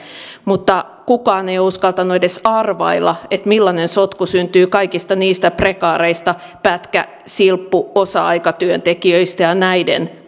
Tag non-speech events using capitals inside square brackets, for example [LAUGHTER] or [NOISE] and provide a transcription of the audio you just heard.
mutta kukaan ei ole uskaltanut edes arvailla millainen sotku syntyy kaikista niistä prekaareista pätkä silppu osa aikatyötekijöistä ja näiden [UNINTELLIGIBLE]